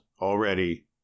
already